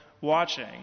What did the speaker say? watching